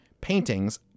Paintings